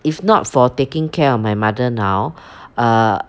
if not for taking care of my mother now err